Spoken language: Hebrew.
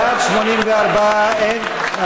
בעד לפזר את הממשלה הזאת לאלתר.